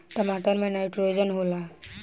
टमाटर मे नाइट्रोजन होला?